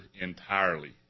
entirely